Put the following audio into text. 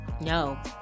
No